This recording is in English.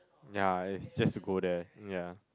ya yes just to go there ya